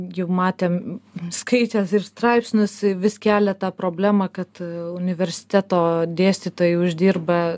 jau matėm skaitėt ir straipsnius vis kelia tą problemą kad universiteto dėstytojai uždirba